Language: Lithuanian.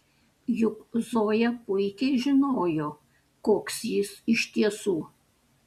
juk zoja puikiai žinojo koks jis iš tiesų